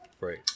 Right